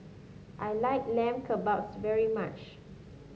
I like Lamb Kebabs very much